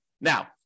Now